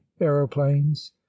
aeroplanes